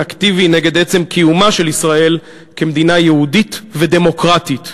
אקטיבי נגד עצם קיומה של ישראל כמדינה יהודית ודמוקרטית.